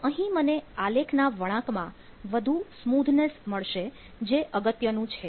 તો અહીં મને આલેખના વળાંકમાં વધુ સ્મૂધનેસ મળશે જે અગત્યનું છે